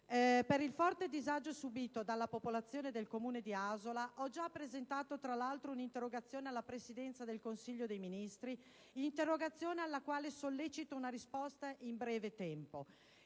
Per il forte disagio subito dalla popolazione di Asola ho già presentato un'interrogazione alla Presidenza del Consiglio dei ministri, interrogazione alla quale sollecito una risposta in breve tempo.